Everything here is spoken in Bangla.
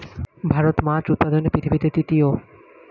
ভারত মাছ উৎপাদনে পৃথিবীতে তৃতীয়